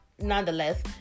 Nonetheless